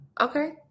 okay